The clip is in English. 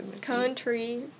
country